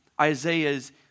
Isaiah's